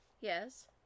Yes